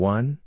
One